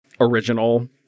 original